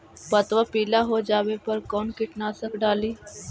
पतबा पिला हो जाबे पर कौन कीटनाशक डाली?